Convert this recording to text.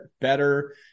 better